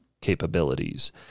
capabilities